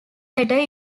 better